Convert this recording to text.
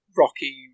rocky